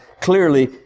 clearly